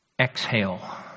exhale